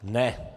Ne.